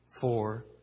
Four